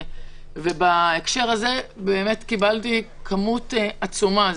בהקשר הזה קיבלתי כמות עצומה.